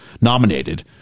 nominated